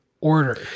Order